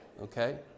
Okay